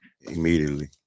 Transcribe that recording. immediately